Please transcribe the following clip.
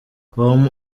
home